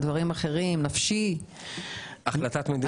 נפשי ודברים אחרים.